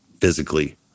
physically